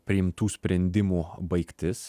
priimtų sprendimų baigtis